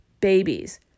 babies